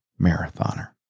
marathoner